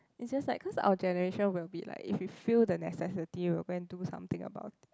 is just like cause our generation will be like if you feel the necessity you'll go and do something about it